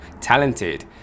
talented